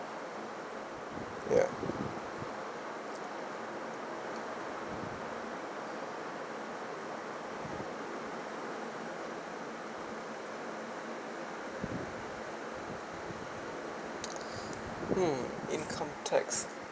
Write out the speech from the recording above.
ya hmm income tax